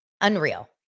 unreal